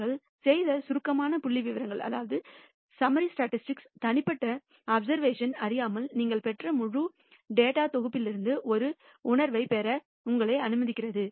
நாங்கள் செய்த சுருக்கமான புள்ளிவிவரங்கள் தனிப்பட்ட அப்சர்வேஷன் அறியாமல் நீங்கள் பெற்ற முழு டேட்டாத் தொகுப்பிற்கும் ஒரு உணர்வைப் பெற உங்களை அனுமதிக்கிறது